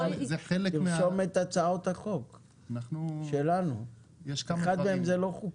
תשרשום את הצעות החוק שלנו, אחד מהם זה לא חוקי.